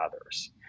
others